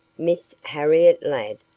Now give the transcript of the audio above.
miss harriet ladd,